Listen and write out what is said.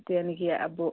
त्यहाँदेखि अब